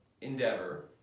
endeavor